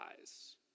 eyes